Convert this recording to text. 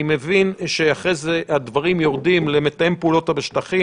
אני מבין שאחרי זה הדברים יורדים למתאם הפעולות בשטחים,